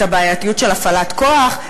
את הבעייתיות של הפעלת כוח,